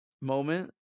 moment